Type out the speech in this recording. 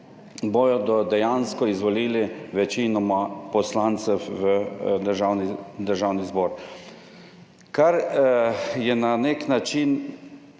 bodo dejansko izvolili večinoma poslancev v Državni zbor, kar je na nek način